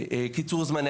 קיצור זמני